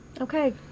Okay